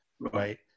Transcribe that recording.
right